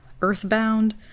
earthbound